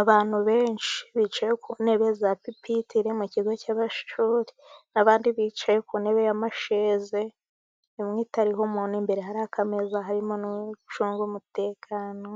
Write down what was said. Abantu benshi bicaye ku ntebe za pipitire mu kigo cy'amashuri, n'abandi bicaye ku ntebe y'amasheze, imwe itariho umuntu, imbere hari akameza, harimo n'ucunga umutekano